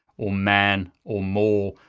or man, or more,